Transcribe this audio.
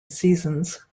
seasons